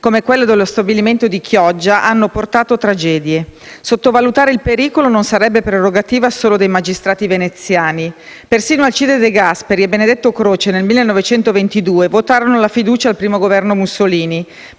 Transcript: come quelle dello stabilimento di Chioggia hanno portato a tragedie. Sottovalutare il pericolo non sarebbe prerogativa solo dei magistrati veneziani. Persino Alcide De Gasperi e Benedetto Croce nel 1922 votarono la fiducia al primo Governo Mussolini,